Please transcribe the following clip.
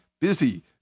busy